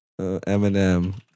Eminem